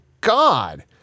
God